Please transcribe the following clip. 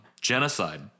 genocide